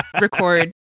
record